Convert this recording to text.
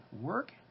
work